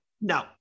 no